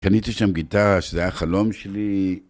קניתי שם גיטרה, שזה היה חלום שלי.